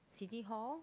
City Hall